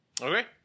Okay